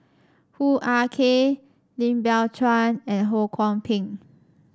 Hoo Ah Kay Lim Biow Chuan and Ho Kwon Ping